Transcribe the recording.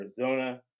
Arizona